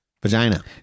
Vagina